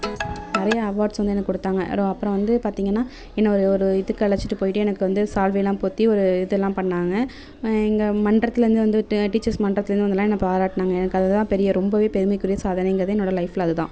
நிறையா அவார்ட்ஸ் வந்து எனக்கு கொடுத்தாங்க அப்புறம் வந்து பார்த்தீங்கன்னா என்ன ஒரு ஒரு இதுக்கு அழைச்சிகிட்டு போய்ட்டு எனக்கு வந்து சால்வைலாம் போர்த்தி ஒரு இதுலாம் பண்ணிணாங்க எங்கள் மன்றத்துலேந்து வந்துட்டு டீச்சர்ஸ் மன்றத்துலேந்து வந்துலாம் என்னை பாராட்டினாங்க எனக்கு அது தான் பெரிய ரொம்ப பெருமைக்குரிய சாதனைங்கிறது என்னோட லைஃப்பில் அது தான்